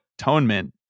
atonement